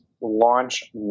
launch